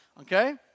Okay